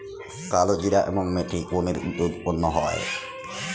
কালোজিরা এবং মেথি কোন ঋতুতে উৎপন্ন হয়?